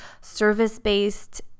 service-based